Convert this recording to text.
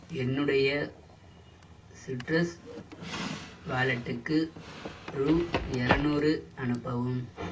என்னுடைய சிட்ரஸ் வாலெட்டுக்கு ரூபா இரநூறு அனுப்பவும்